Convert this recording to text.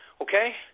Okay